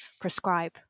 prescribe